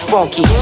Funky